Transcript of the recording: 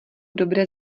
dobré